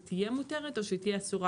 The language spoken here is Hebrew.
היא תהיה מותרת או שהיא תהיה אסורה?